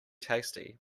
tasty